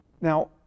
Now